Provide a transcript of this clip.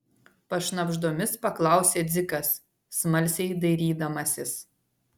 pašnabždomis paklausė dzikas smalsiai dairydamasis